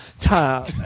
time